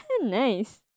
Nice